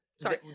sorry